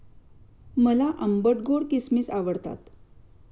मला आंबट गोड किसमिस आवडतात